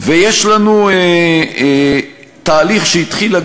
ויש לנו תהליך שהתחיל,